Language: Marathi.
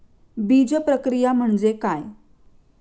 बीजप्रक्रिया म्हणजे काय?